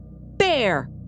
Bear